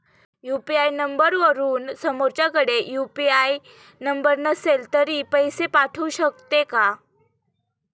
UPI नंबरवरून समोरच्याकडे UPI number नसेल तरी पैसे पाठवू शकते का?